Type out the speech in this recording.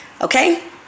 Okay